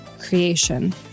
creation